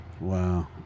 wow